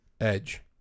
Edge